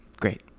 Great